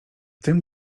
tym